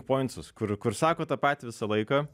pointsus kur kur sako tą patį visą laiką